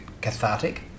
cathartic